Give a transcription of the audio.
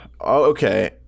okay